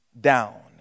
down